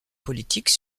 politique